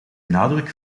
nadruk